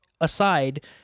Aside